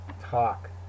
talk